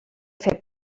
fer